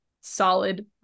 solid